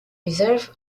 reserve